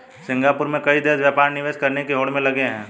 Singapore में कई देश व्यापार निवेश करने की होड़ में लगे हैं